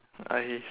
I